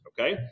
Okay